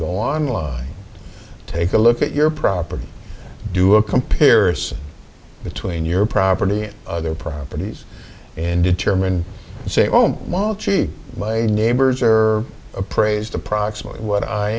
go online take a look at your property do a comparison between your property and their properties and determine it's a ome while cheap my neighbors are appraised approximately what i